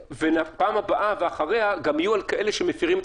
ובפעם הבאה ואחריה זה גם יהיה על כאלה שמפרים את